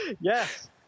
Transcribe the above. Yes